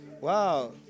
Wow